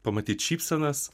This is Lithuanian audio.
pamatyt šypsenas